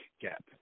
gap